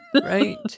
Right